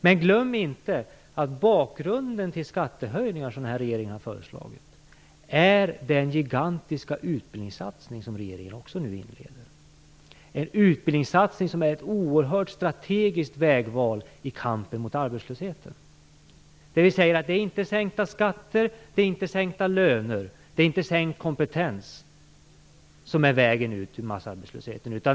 Men glöm inte att bakgrunden till de skattehöjningar som regeringen har föreslagit är den gigantiska utbildningssatsning som regeringen nu också inleder - en utbildningssatsning som är ett oerhört strategiskt vägval i kampen mot arbetslösheten. Det är inte sänkta skatter, sänkta löner och sänkt kompetens som är vägen ut ur massarbetslösheten.